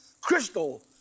crystal